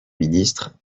ministre